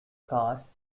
cars